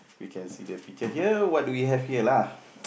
you can see the picture here what do you have here lah